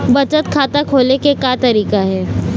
बचत खाता खोले के का तरीका हे?